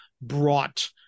brought